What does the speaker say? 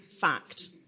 fact